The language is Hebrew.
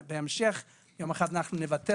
בהמשך, יום אחד אנחנו נבטל